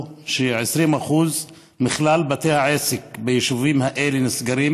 ש-20% מכלל בתי העסק ביישובים האלה נסגרים